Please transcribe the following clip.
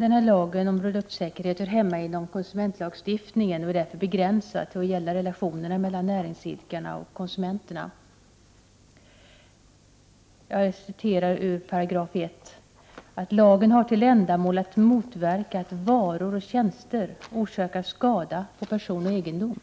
talman! Lagen om produktsäkerhet hör hemma inom konsumentlagstiftningen och är därför begränsad till att gälla relationerna mellan näringsidkarna och konsumenterna. Jag citerar ur 1 §: ”Denna lag har till ändamål att motverka att varor och tjänster orsakar skada på person eller egendom.